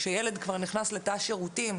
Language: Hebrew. כשילד כבר נכנס לתא שירותים,